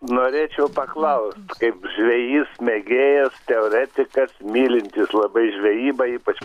norėčiau paklausti kaip žvejys mėgėjas teoretikas mylintis labai žvejybą ypač